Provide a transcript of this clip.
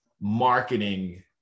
marketing